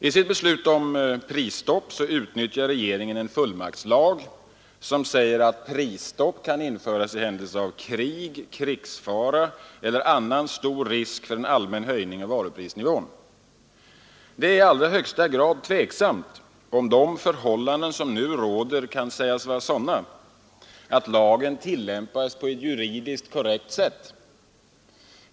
I sitt beslut om prisstopp utnyttjar regeringen en fullmaktslag som säger att prisstopp kan införas i händelse av krig, krigsfara eller annan stor risk för en allmän höjning av varuprisnivån. Det är i allra högsta grad tveksamt, om de förhållanden som nu råder kan sägas vara sådana att lagen tillämpas på ett juridiskt korrekt sätt.